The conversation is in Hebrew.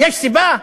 יש סיבה?